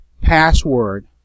password